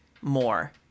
more